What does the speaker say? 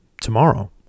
tomorrow